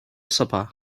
supper